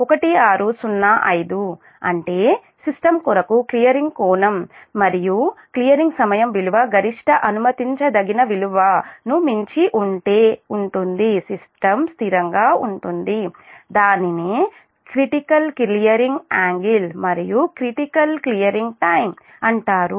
అంటే సిస్టమ్ కొరకు క్లియరింగ్ కోణం మరియు క్లియరింగ్ సమయం విలువ గరిష్ట అనుమతించదగిన విలువ ను మించి ఉంటే ఉంటుంది సిస్టమ్ స్థిరంగా ఉంటుంది దానిని క్రిటికల్ క్లియరింగ్ యాంగిల్ మరియు క్రిటికల్ క్లియరింగ్ టైమ్ అంటారు